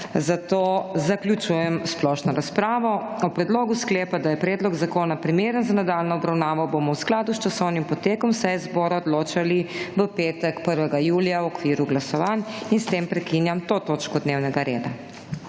zato zaključujem splošno razpravo. O predlogu sklepa, da je predlog zakona primeren za nadaljnjo obravnavo, bomo v skladu s časovnim potekom seje zbora odločali v petek, 1. julija v okviru glasovanj. S tem prekinjam to točko dnevnega reda.